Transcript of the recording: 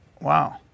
Wow